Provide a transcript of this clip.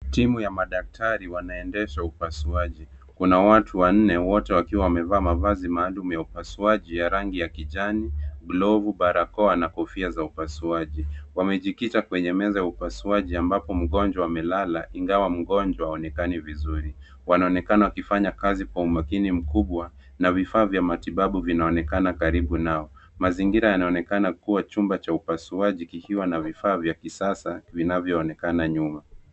Timu ya madaktari wanaendesha upasuaji. Kuna watu wanne, wote wakiwa wamevaa mavazi maalum ya upasuaji ya rangi ya kijani glovu, barakoa na kofia za upasuaji. Waamejikita kwenye meza ya upasuaji ambapo mgonjwa amelala ingawa mgonjwa aonekani vizuri. Wanaonekana wakifanya kazi kwa umakini mkubwa, na vifaa vya matibabu vinaonekana karibu nao. Mazingira yanaonekana kuwa chumba cha upasuaji kikiwa na vifaa vya kisasa vinavyoonekana nyuma.